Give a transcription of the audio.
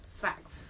Facts